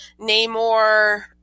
Namor